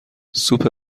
سوپ